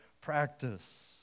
practice